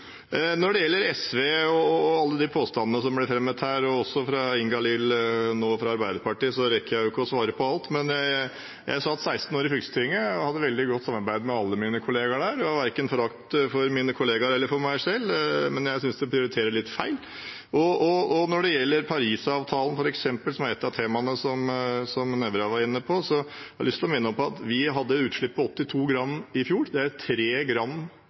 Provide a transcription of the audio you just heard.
Når det gjelder SV og alle påstandene som ble fremmet her, og også fra Ingalill Olsen og Arbeiderpartiet nå, rekker jeg ikke å svare på alt. Men jeg satt 16 år i fylkestinget og hadde et veldig godt samarbeid med alle mine kolleger der. Jeg hadde ikke forakt for verken mine kolleger eller meg selv, men jeg synes de prioriterer litt feil. Når det gjelder Parisavtalen, f.eks., som er et av temaene som representanten Nævra var inne på, har jeg lyst til å minne om at vi hadde CO 2 -utslipp fra bil på ca. 82 g/km i fjor – det er